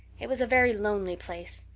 it was a very lonesome place.